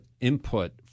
input